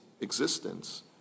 existence